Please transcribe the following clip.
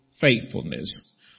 faithfulness